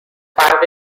فرقی